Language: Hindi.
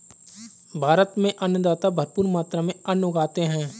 भारत में अन्नदाता भरपूर मात्रा में अन्न उगाते हैं